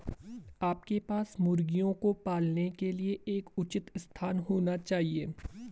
आपके पास मुर्गियों को पालने के लिए एक उचित स्थान होना चाहिए